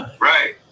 right